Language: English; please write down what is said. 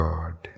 God